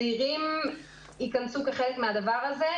צעירים ייכנסו כחלק מן הדבר הזה.